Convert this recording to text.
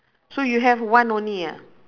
so you have one only ah